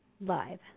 live